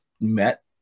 met